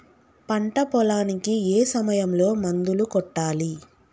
పంట పొలానికి ఏ సమయంలో మందులు కొట్టాలి?